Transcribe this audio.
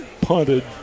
punted